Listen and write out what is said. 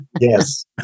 yes